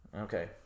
Okay